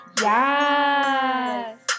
yes